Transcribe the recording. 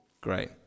Great